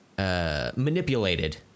Manipulated